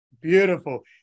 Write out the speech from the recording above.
beautiful